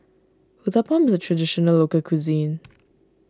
Uthapam is a Traditional Local Cuisine